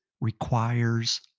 requires